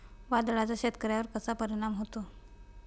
वादळाचा शेतकऱ्यांवर कसा परिणाम होतो?